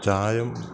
चायं